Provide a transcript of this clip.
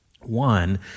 one